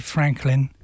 Franklin